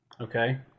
Okay